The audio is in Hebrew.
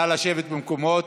נא לשבת במקומות.